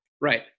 Right